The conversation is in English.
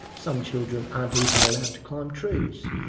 some children aren't even allowed to climb trees,